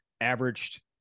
averaged